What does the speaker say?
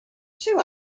two